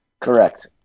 Correct